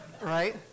right